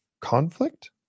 conflict